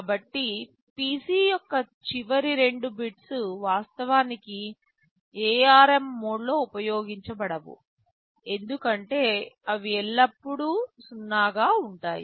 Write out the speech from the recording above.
కాబట్టి PC యొక్క చివరి రెండు బిట్స్ వాస్తవానికి ARM మోడ్లో ఉపయోగించబడవు ఎందుకంటే అవి ఎల్లప్పుడూ 0 గా ఉంటాయి